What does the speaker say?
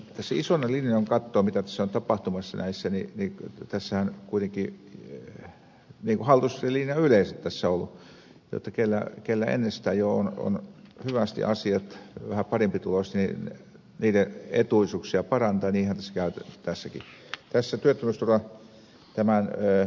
kun isona linjana katsoo mitä on tapahtumassa niin tässähän kuitenkin niin kuin hallituksen linja yleensä on ollut jotta kellä ennestään jo on hyvästi asiat vähän parempituloisilla niin niiden etuisuuksia parannetaan ja niinhän käy tässäkin